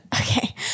okay